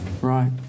Right